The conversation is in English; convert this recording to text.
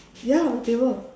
ya on the table